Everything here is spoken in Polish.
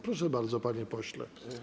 Proszę bardzo, panie pośle.